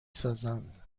سازند